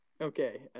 Okay